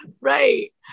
Right